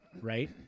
right